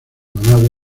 managua